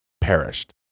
perished